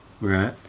Right